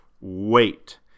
wait